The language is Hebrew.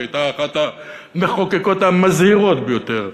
שהייתה אחת המחוקקות המזהירות ביותר,